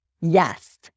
Yes